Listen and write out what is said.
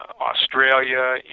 Australia